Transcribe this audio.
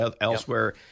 elsewhere